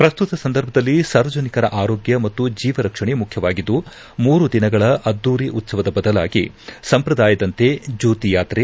ಪ್ರಸ್ತುತ ಸಂದರ್ಭಧಲ್ಲಿ ಸಾರ್ವಜನಿಕರ ಆರೋಗ್ಯ ಮತ್ತು ಜೀವ ರಕ್ಷಣೆ ಮುಖ್ಯವಾಗಿದ್ದು ಮೂರು ದಿನಗಳ ಅದ್ದೂರಿ ಉತ್ಸವದ ಬದಲಾಗಿ ಸಂಪ್ರದಾಯದಂತೆ ಜ್ಯೋತಿಯಾತ್ರೆ